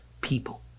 people